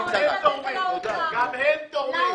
גם הם תורמים.